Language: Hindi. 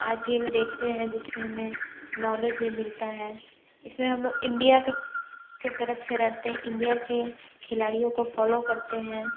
आई पी एल देखते हैं जिससे हमें नौलेज भी मिलता है इसमें हमलोग इंडिया के के तरफ़ से रहते इंडिया के खिलाड़ियों को फॉलो करते हैं